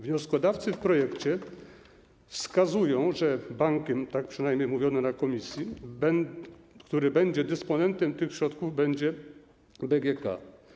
Wnioskodawcy w projekcie wskazują, że bankiem - tak przynajmniej mówiono w komisji - który będzie dysponentem tych środków, będzie BGK.